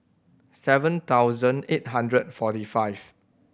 seven thousand eight hundred forty five